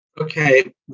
Okay